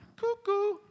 Cuckoo